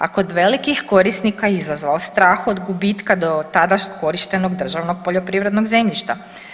A kod velikih korisnika izazvao strah od gubitka do tada korištenog državnog poljoprivrednog zemljišta.